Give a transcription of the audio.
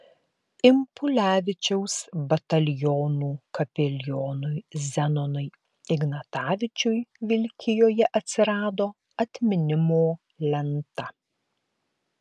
impulevičiaus batalionų kapelionui zenonui ignatavičiui vilkijoje atsirado atminimo lenta